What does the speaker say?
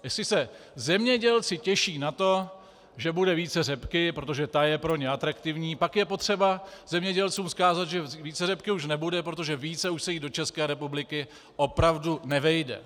Jestli se zemědělci těší na to, že bude více řepky, protože ta je pro ně atraktivní, pak je potřeba zemědělcům vzkázat, že více řepky už nebude, protože více už se jí do ČR opravdu nevejde.